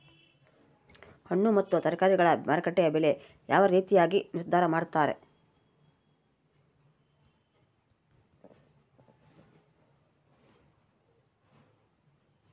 ಹಣ್ಣು ಮತ್ತು ತರಕಾರಿಗಳ ಮಾರುಕಟ್ಟೆಯ ಬೆಲೆ ಯಾವ ರೇತಿಯಾಗಿ ನಿರ್ಧಾರ ಮಾಡ್ತಿರಾ?